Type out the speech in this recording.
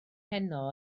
heno